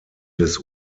des